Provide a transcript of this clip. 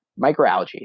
microalgae